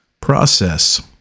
process